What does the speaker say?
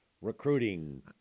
recruiting